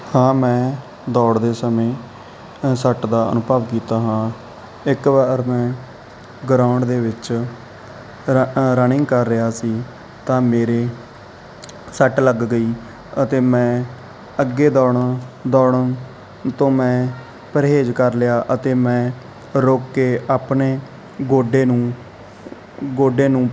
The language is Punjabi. ਹਾਂ ਮੈਂ ਦੌੜਦੇ ਸਮੇਂ ਅ ਸੱਟ ਦਾ ਅਨੁਭਵ ਕੀਤਾ ਹਾਂ ਇੱਕ ਵਾਰ ਮੈਂ ਗਰਾਉਂਡ ਦੇ ਵਿੱਚ ਰ ਅ ਰਨਿੰਗ ਕਰ ਰਿਹਾ ਸੀ ਤਾਂ ਮੇਰੇ ਸੱਟ ਲੱਗ ਗਈ ਅਤੇ ਮੈਂ ਅੱਗੇ ਦੌੜਣ ਦੌੜਨ ਤੋਂ ਮੈਂ ਪਰਹੇਜ਼ ਕਰ ਲਿਆ ਅਤੇ ਮੈਂ ਰੁਕ ਕੇ ਆਪਣੇ ਗੋਡੇ ਨੂੰ ਗੋਡੇ ਨੂੰ